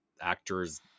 actors